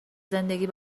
زندگی